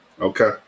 Okay